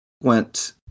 went